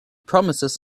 promises